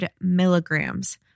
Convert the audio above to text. milligrams